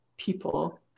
People